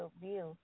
view